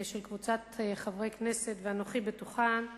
של קבוצת חברי כנסת ואנוכי בתוכם,